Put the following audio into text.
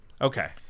Okay